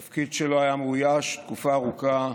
תפקיד שלא היה מאויש תקופה ארוכה